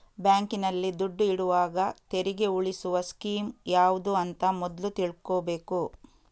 ಬ್ಯಾಂಕಿನಲ್ಲಿ ದುಡ್ಡು ಇಡುವಾಗ ತೆರಿಗೆ ಉಳಿಸುವ ಸ್ಕೀಮ್ ಯಾವ್ದು ಅಂತ ಮೊದ್ಲು ತಿಳ್ಕೊಬೇಕು